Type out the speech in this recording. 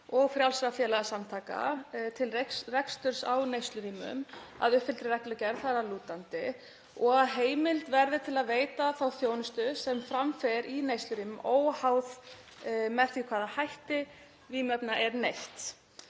og frjálsra félagasamtaka til reksturs á neyslurýmum að uppfylltum skilyrðum í reglugerð þar að lútandi og að heimild verði til að veita þá þjónustu sem fram fer í neyslurýmum óháð því með hvaða hætti vímuefna er neytt.